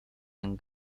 ten